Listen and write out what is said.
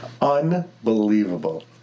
Unbelievable